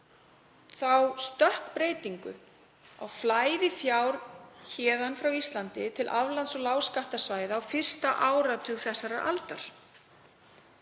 þá stökkbreytingu sem varð á flæði fjár héðan frá Íslandi til aflands- og lágskattasvæða á fyrsta áratug þessarar aldar.